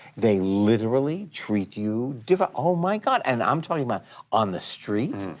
they literally treat you different. oh my god, and i'm talking about on the street,